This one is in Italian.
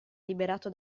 liberato